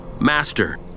Master